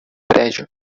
prédio